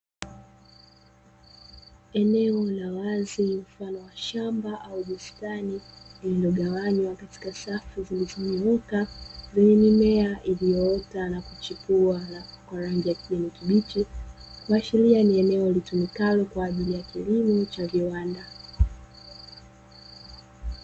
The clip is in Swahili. Eneo la wazi mfano wa shamba au bustani lililogawanywa katika safu zilizonyooka, zenye mimea iliyoota na kuchipua kwa rangi ya kijani kibichi, kuashiria ni eneo linalotumikalo kwa ajili ya kilimo cha viwanda.